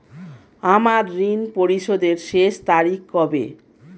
আমার ঋণ পরিশোধের শেষ তারিখ কবে?